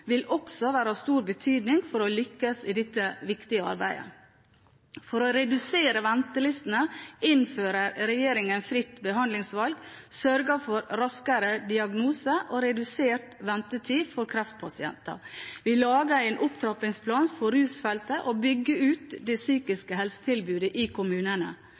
vil også være av stor betydning for å lykkes i dette viktige arbeidet. For å redusere ventelistene innfører regjeringen fritt behandlingsvalg og sørger for raskere diagnose og redusert ventetid for kreftpasienter. Vi lager en opptrappingsplan for rusfeltet og bygger ut det psykiske helsetilbudet i kommunene.